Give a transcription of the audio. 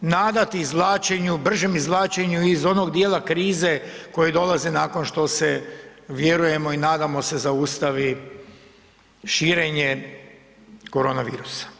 nadati izvlačenju, bržem izvlačenju iz onog dijela krize koji dolazi nakon što se, vjerujemo i nadamo se, zaustavi širenje koronavirusa.